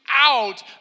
Out